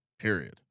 Period